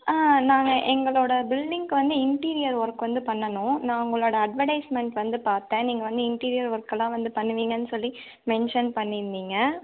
ஆ நாங்கள் எங்களோட பில்டிங்க்கு வந்து இன்டீரியர் ஒர்க் வந்து பண்ணணும் நான் உங்களோட அட்வடைஸ்மென்ட் வந்து பார்த்தேன் நீங்கள் வந்து இன்டீரியர் ஒர்க்கெல்லாம் வந்து பண்ணுவீங்கனு சொல்லி மென்ஷன் பண்ணியிருந்தீங்க